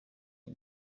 iyi